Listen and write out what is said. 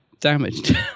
damaged